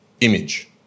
image